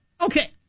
okay